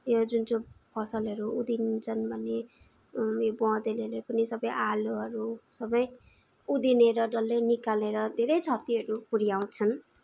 यो जुन चाहिँ फसलहरू उधिन्छन् भने यो बनेलहरूले पनि सबै आलुहरू सबै उधिनेर डल्लै निकालेर धेरै क्षतिहरू पुर्याउँछन्